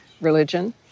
religion